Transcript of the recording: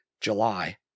July